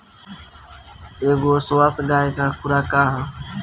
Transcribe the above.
एगो स्वस्थ गाय क खुराक का ह?